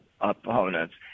opponents